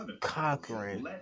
conquering